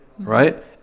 right